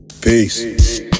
Peace